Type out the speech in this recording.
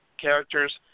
characters